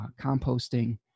composting